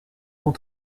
sont